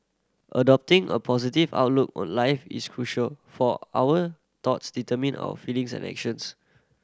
adopting a positive outlook on life is crucial for our thoughts determine our feelings and actions